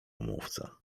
mówca